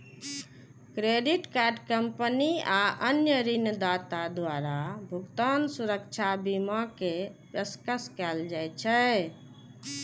credit card company आ अन्य ऋणदाता द्वारा भुगतान सुरक्षा बीमा के पेशकश कैल जाइ छै